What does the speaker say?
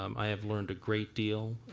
um i have learned a great deal.